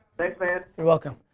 thanks man. you're welcome.